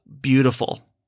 beautiful